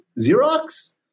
Xerox